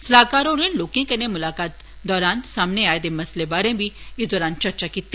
सलाहकार होरे लोकें कन्नै मुलाकात दौरान सामनै आए दे मसलें बारै बी इस दौरान चर्चा कीती